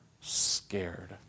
scared